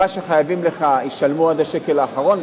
מה שחייבים לך ישלמו עד השקל האחרון,